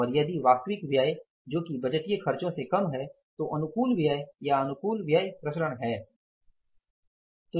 और यदि वास्तविक व्यय जो कि बजटीय खर्चों से कम है तो अनुकूल व्यय या अनुकूल व्यय प्रसरण है